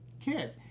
kid